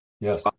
Yes